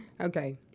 Okay